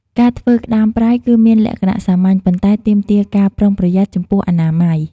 ការធ្វើក្ដាមប្រៃគឺមានលក្ខណៈសាមញ្ញ ប៉ុន្តែទាមទារការប្រុងប្រយ័ត្នចំពោះអនាម័យ។